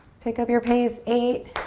pick up your pace, eight,